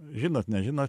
žinot nežinot